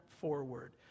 forward